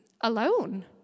alone